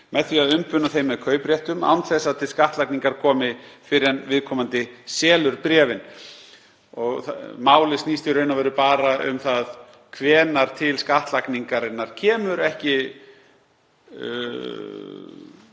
með því að umbuna þeim með kaupréttum án þess að til skattlagningar komi fyrr en viðkomandi selur bréfin. Málið snýst í raun og veru bara um það hvenær til skattlagningarinnar kemur, ekki